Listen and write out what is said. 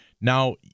Now